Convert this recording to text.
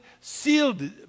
sealed